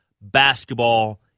Basketball